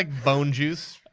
like bone juice?